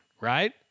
right